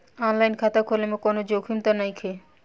आन line खाता खोले में कौनो जोखिम त नइखे?